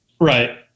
right